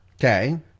Okay